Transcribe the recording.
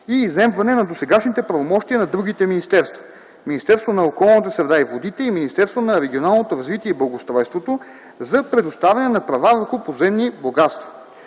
и изземване на досегашните правомощия на другите министерства – Министерството на околната среда и водите и Министерството на регионалното развитие и благоустройството – за предоставяне на права върху подземни богатства.